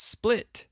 Split